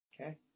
Okay